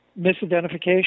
Misidentification